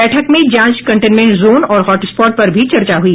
बैठक में जांच कंटेनमेंट जोन और हॉटस्पॉट पर भी चर्चा हुई